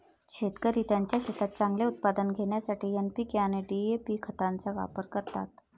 शेतकरी त्यांच्या शेतात चांगले उत्पादन घेण्यासाठी एन.पी.के आणि डी.ए.पी खतांचा वापर करतात